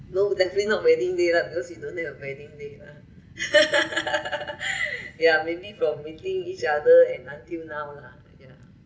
no definitely not wedding day lah because we don't have wedding day lah yeah maybe from meeting each other and until now lah yeah